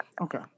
Okay